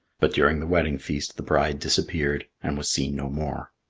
but during the wedding feast the bride disappeared and was seen no more.